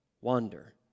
wander